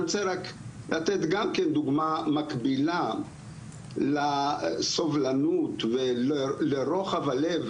אני רוצה רק לתת גם כן דוגמא מקבילה לסובלנות ולרוחב הלב